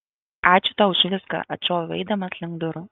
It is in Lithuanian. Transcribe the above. ačiū tau už viską atšoviau eidamas link durų